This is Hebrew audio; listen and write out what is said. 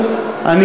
תגזימו.